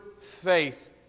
faith